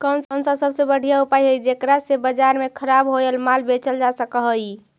कौन सा सबसे बढ़िया उपाय हई जेकरा से बाजार में खराब होअल माल बेचल जा सक हई?